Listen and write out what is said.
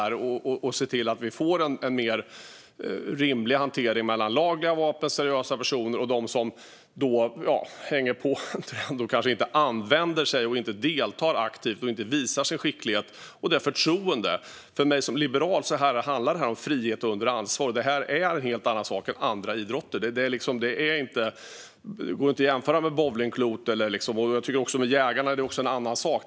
De måste se till att det blir en mer rimlig hantering av seriösa personers användning av lagliga vapen och dem som hänger på en trend och kanske inte använder vapnen, inte deltar aktivt och inte visar sin skicklighet och det förtroende som krävs. För mig som liberal handlar detta om frihet under ansvar. Det här är en helt annan sak än andra idrotter. Man kan inte jämföra med bowlingklot. Vad gäller jägarna är det också en annan sak.